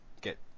get